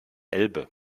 elbe